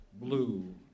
blue